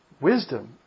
Wisdom